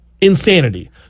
insanity